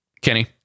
Kenny